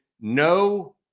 no